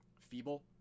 feeble